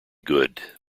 good